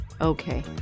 Okay